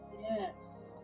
Yes